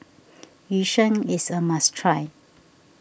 Yu Sheng is a must try